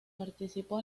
participó